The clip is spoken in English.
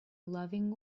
loving